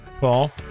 Paul